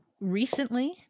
recently